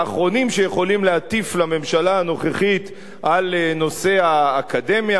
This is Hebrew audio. האחרונים שיכולים להטיף לממשלה הנוכחית על נושא האקדמיה,